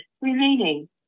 remaining